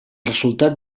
resultat